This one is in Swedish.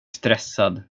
stressad